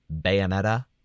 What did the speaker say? bayonetta